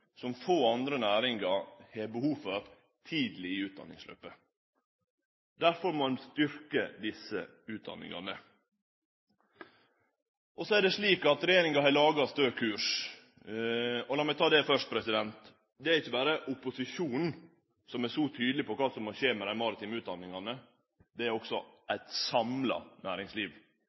som få andre næringar har behov for, tidleg i utdanningsløpet. Derfor må ein styrkje desse utdanningane. Så er det slik at regjeringa har laga Stø kurs. Lat meg ta det først: Det er ikkje berre opposisjonen som er så tydeleg på kva som må skje med dei maritime utdanningane. Det er også eit samla næringsliv.